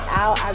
out